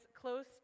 close